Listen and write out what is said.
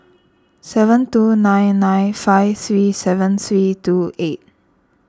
seven two nine nine five three seven three two eight